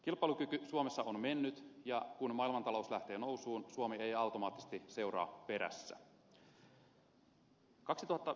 kilpailukyky suomessa on mennyt ja kun maailmantalous lähtee nousuun suomi ei automaattisesti seuraa perässä